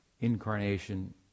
incarnation